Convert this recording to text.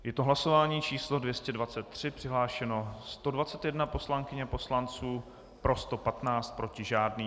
Je to hlasování číslo 223, přihlášeno 121 poslankyň a poslanců, pro 115, proti žádný.